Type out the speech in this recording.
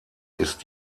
ist